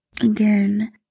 again